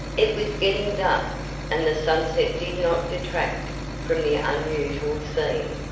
it was getting dusk, and the sunset did not detract from the unusual scene.